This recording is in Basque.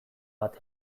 bat